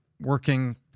working